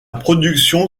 production